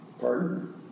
Pardon